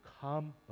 come